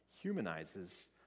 humanizes